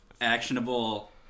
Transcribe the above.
actionable